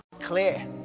clear